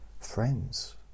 friends